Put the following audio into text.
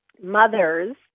mothers